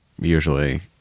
Usually